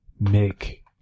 Make